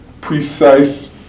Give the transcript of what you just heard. precise